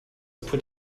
put